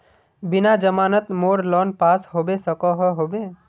बिना जमानत मोर लोन पास होबे सकोहो होबे?